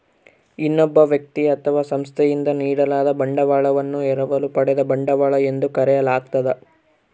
ಇನ್ನೊಬ್ಬ ವ್ಯಕ್ತಿ ಅಥವಾ ಸಂಸ್ಥೆಯಿಂದ ನೀಡಲಾದ ಬಂಡವಾಳವನ್ನು ಎರವಲು ಪಡೆದ ಬಂಡವಾಳ ಎಂದು ಕರೆಯಲಾಗ್ತದ